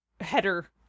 header